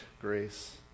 grace